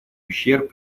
ущерб